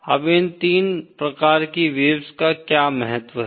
अब इन तीन प्रकार की वेव्स का क्या महत्व है